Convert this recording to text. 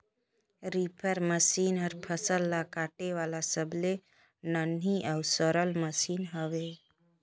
reaper machine हर फसल ल काटे वाला सबले नान्ही अउ सरल मसीन हवे